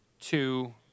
two